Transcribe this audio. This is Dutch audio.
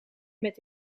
met